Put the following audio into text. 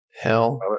Hell